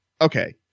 Okay